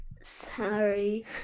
Sorry